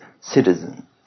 citizen